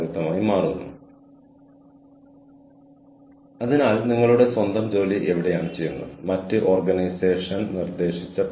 ഈ കോഴ്സിനായി നിങ്ങൾ ഒരു വാട്ട്സ്ആപ്പ് ഗ്രൂപ്പ് രൂപീകരിച്ചുവെന്ന് നിങ്ങൾ എല്ലാവരും ഫോറത്തിൽ എഴുതുമ്പോൾ അത് എന്റെ മനോവീര്യം വർദ്ധിപ്പിക്കുന്നു